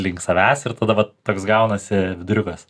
link savęs ir tada vat toks gaunasi viduriukas